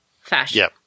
fashion